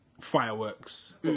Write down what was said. fireworks